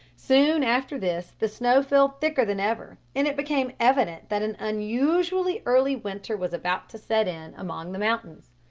soon after this the snow fell thicker than ever, and it became evident that an unusually early winter was about to set in among the mountains.